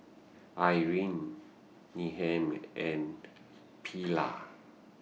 Irine Needham and Pearla